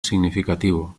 significativo